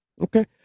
okay